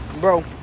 Bro